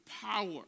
power